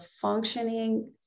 functioning